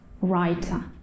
Writer